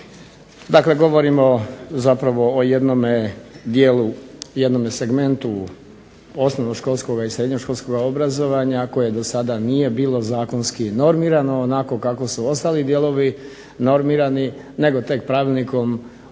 Dakle, govorimo o jednom dijelu jednom segmentu osnovnoškolskoga i srednjoškolskog obrazovanja koje do sada nije bilo zakonski normirano onako kako su ostali dijelovi normirani nego tek pravilnikom